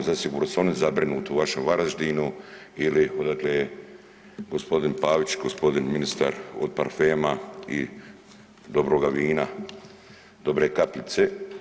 Zasigurno su oni zabrinuti u vašem Varaždinu ili odakle je gospodin Pavić, gospodin ministar od parfema i dobroga vina, dobre kapljice.